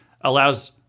allows